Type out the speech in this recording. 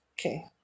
Okay